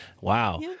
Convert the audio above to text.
Wow